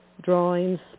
drawings